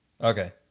Okay